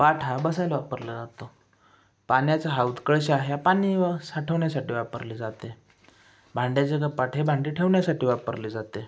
पाट हा बसायला वापरला जातो पाण्याचा हौद कळशा ह्या पाणी साठवण्यासाठी वापरली जाते भांड्याचे कपाट हे भांडे ठेवण्यासाठी वापरली जाते